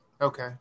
Okay